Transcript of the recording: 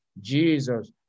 Jesus